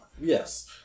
Yes